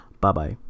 Bye-bye